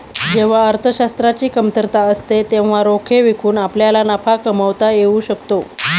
जेव्हा अर्थशास्त्राची कमतरता असते तेव्हा रोखे विकून आपल्याला नफा कमावता येऊ शकतो